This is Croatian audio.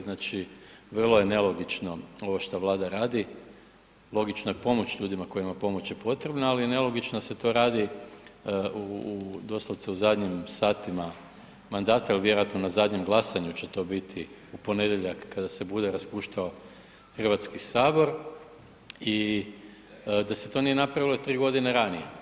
Znači, vrlo je nelogično ovo što Vlada radi, logično je pomoći ljudi koja je pomoć potrebna, ali nelogično da se to radi doslovce u zadnjim satima mandata jer vjerojatno na zadnjem glasanju će to biti u ponedjeljak kada se bude raspuštao Hrvatski sabor i da se to nije napravilo 3 godine ranije.